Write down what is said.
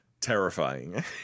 terrifying